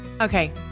Okay